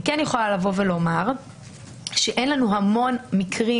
אני כן יכולה להגיד שאין לנו המון מקרים